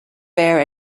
bear